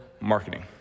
marketing